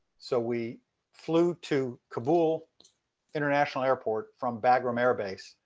so we flew to kabul international airport from bagraham air base,